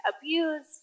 abused